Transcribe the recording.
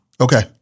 Okay